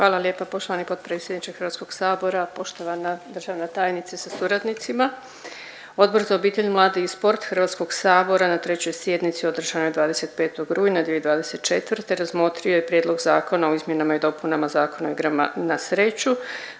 Hvala lijepa poštovani potpredsjedniče HS, poštovana državna tajnice sa suradnicima. Odbor za obitelj, mlade i sport HS na 3. sjednici održanoj 25. rujna 2024. razmotrio je Prijedlog zakona o izmjenama i dopunama Zakona o igrama na sreću